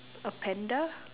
a panda